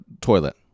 toilet